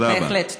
בהחלט.